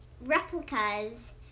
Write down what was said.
replicas